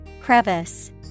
Crevice